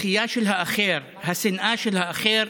הדחייה של האחר, השנאה של האחר,